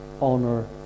honor